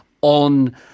on